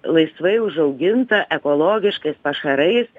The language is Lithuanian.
laisvai užaugintą ekologiškais pašarais